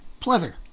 Pleather